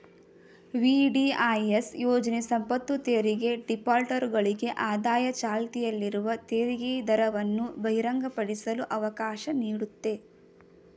VDIS ಯೋಜ್ನ ಸಂಪತ್ತುತೆರಿಗೆ ಡಿಫಾಲ್ಟರ್ಗಳಿಗೆ ಆದಾಯ ಚಾಲ್ತಿಯಲ್ಲಿರುವ ತೆರಿಗೆದರವನ್ನು ಬಹಿರಂಗಪಡಿಸಲು ಅವಕಾಶ ನೀಡುತ್ತೆ